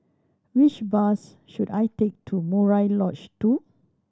which bus should I take to Murai Lodge Two